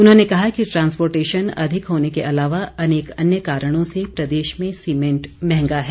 उन्होंने कहा कि ट्रांसर्पोटेशन अधिक होने के अलावा अनेक अन्य कारणों से प्रदेश में सीमेंट महंगा है